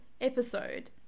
episode